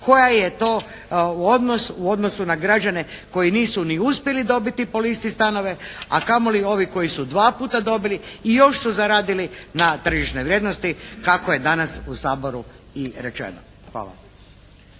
Koji je to odnos u odnosu na građane koji nisu ni uspjeli dobiti po listi stanove, a kamoli ovi koji su dva put dobili i još su zaradili na tržišnoj vrijednosti kako je danas u Saboru i rečeno. Hvala.